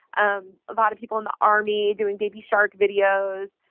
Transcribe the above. um a lot of people in the army doing baby shark videos.